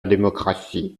démocratie